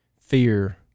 fear